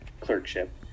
clerkship